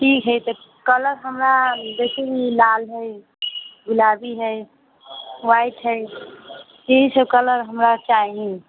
ठीक हइ तऽ कलर हमरा जैसे लाल हइ गुलाबी हइ वाइट हइ इहे सब कलर हमरा चाही